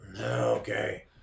Okay